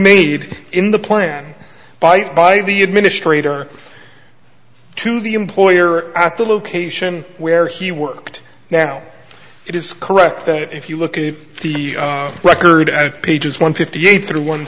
made in the plan by by the administrator to the employer at the location where he worked now it is correct that if you look at the record at pages one fifty eight thr